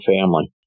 family